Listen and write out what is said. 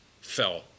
fell